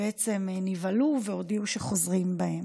ובעצם נבהלו והודיעו שחוזרים בהם.